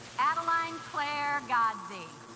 adeline claire godsey